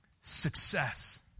success